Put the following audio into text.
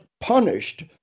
punished